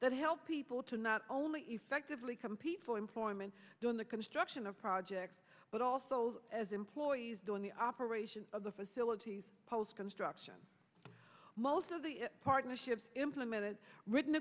that help people to not only effectively compete for employment during the construction of projects but also as employees during the operation of the facilities post construction most of the partnerships implemented written